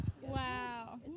Wow